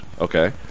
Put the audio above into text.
Okay